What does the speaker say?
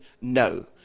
No